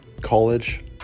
college